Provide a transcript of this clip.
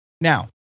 Now